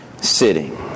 sitting